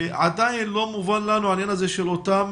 ועדיין לא מובן לנו העניין הזה של אותם